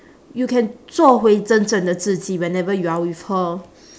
you can 做回真正的自己 whenever you are with her